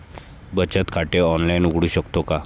बचत खाते ऑनलाइन उघडू शकतो का?